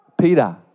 Peter